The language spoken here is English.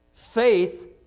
Faith